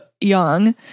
young